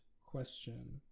question